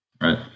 Right